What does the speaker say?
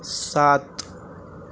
سات